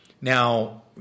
now